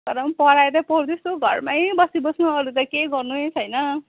तर पनि पढाइ त पढ्दैछु घरमै बसी बस्नु अरू त केही गर्नै छैन